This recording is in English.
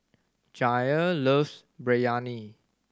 Jair loves Biryani